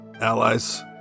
allies